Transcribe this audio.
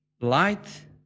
Light